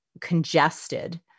congested